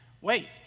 wait